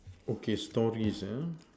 okay stories ah